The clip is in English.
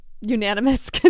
unanimous